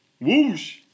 Whoosh